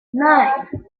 nine